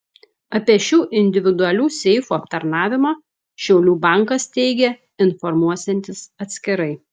apie šių individualių seifų aptarnavimą šiaulių bankas teigia informuosiantis atskirai